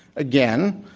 again,